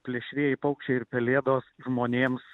plėšrieji paukščiai ir pelėdos žmonėms